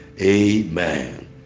Amen